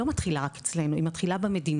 לא מתחילה רק אצלנו היא מתחילה במדינות,